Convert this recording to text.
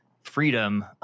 freedom